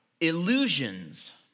illusions